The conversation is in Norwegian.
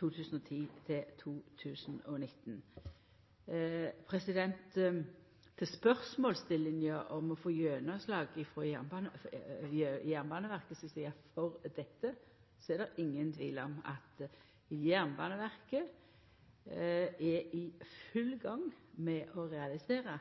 Til spørsmålet om å få gjennomslag frå Jernbaneverket si side for dette, er det ingen tvil om at Jernbaneverket er i full gang med å realisera